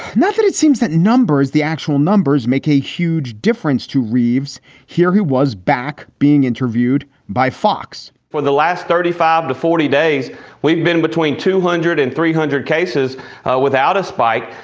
nothing, it seems that numbers the actual numbers make a huge difference to reeves here, who was back being interviewed by fox for the last thirty five to forty days we've been between two hundred and three hundred cases without a spike.